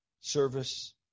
service